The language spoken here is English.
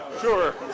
sure